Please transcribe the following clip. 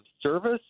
service